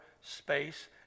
space